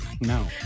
No